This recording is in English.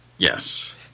Yes